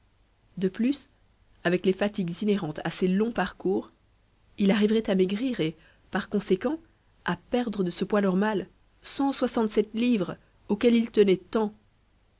de plus avec les fatigues inhérentes à ces longs parcours il arriverait à maigrir et par conséquent à perdre de ce poids normal cent soixante-sept livres auquel il tenait tant